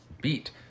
beat